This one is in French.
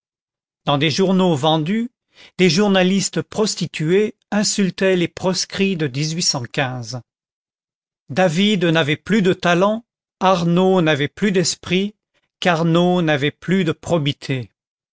dans des journaux vendus des journalistes prostitués insultaient les proscrits de david n'avait plus de talent arnault n'avait plus d'esprit carnot n'avait plus de probité